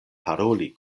paroli